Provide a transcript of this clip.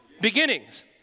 Beginnings